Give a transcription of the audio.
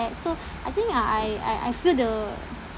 so I think uh I I I feel the